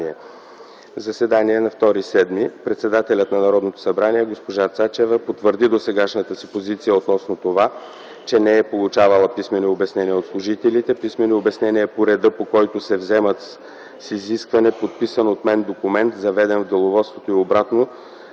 Заседание на 2 юли 2010 г. Председателят на Народното събрание госпожа Цецка Цачева потвърди досегашната си позиция относно това, че не е получавала писмени обяснения от служителите. "Писмени обяснения по реда, по който се вземат – с изискване - подписан от мен документ, заведен в деловодството, и обратно